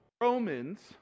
Romans